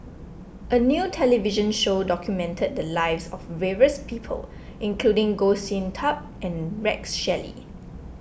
a new television show documented the lives of various people including Goh Sin Tub and Rex Shelley